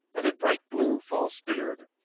and a bright blue false beard,